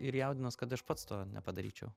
ir jaudinuos kad aš pats to nepadaryčiau